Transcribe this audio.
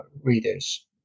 readers